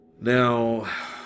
Now